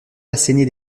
asséner